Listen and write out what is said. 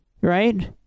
right